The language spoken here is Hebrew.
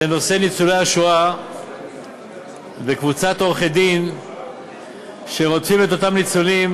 וזה נושא ניצולי השואה וקבוצת עורכי-דין שרודפים את אותם ניצולים,